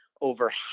over